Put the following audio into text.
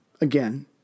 again